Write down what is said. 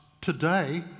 today